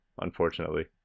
Unfortunately